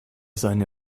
seine